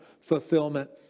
fulfillment